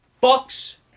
Bucks